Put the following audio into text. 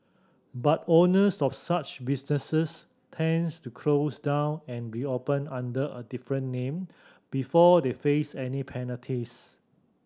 but owners of such businesses tends to close down and reopen under a different name before they face any penalties